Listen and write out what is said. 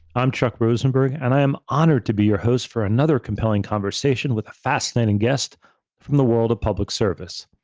i am chuck rosenberg and i am honored to be your host for another compelling conversation with a fascinating guest from the world of public service.